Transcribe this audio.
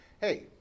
Hey